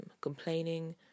complaining